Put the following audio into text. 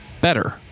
better